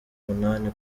umunani